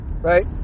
Right